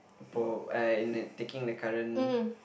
in taking the current